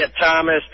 Thomas